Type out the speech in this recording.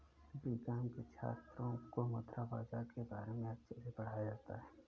BCom के छात्रों को मुद्रा बाजार के बारे में अच्छे से पढ़ाया जाता है